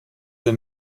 the